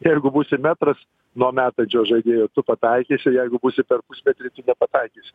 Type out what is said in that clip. jeigu būsi metras nuo metančio žaidėjo pataikysi jeigu būsi per pusmetrį tu nepataikysi